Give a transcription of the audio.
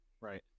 Right